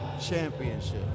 Championship